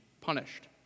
punished